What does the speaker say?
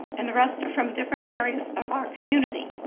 and the rest are from different areas of our community.